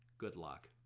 good luck.